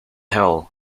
hill